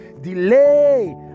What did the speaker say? delay